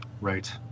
Right